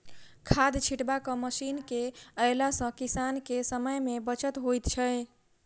खाद छिटबाक मशीन के अयला सॅ किसान के समय मे बचत होइत छै